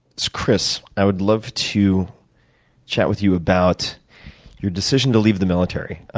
chris, i would love to chat with you about your decision to leave the military.